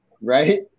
right